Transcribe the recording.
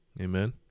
Amen